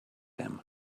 him